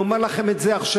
אני אומר לכם את זה עכשיו,